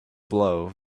blow